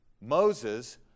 Moses